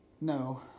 No